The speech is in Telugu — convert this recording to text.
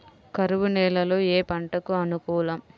కరువు నేలలో ఏ పంటకు అనుకూలం?